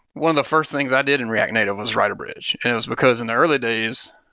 one of the first things i did in react native was write a bridge. it was because in the early days,